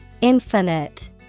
Infinite